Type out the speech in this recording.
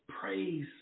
praise